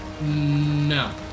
No